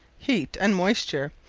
heat and moysture,